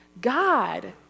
God